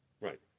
Right